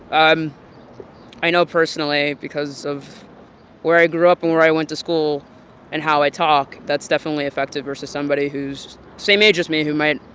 i i know personally because of where i grew up and where i went to school and how i talk, that's definitely affected versus somebody who's same age as me who might,